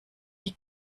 die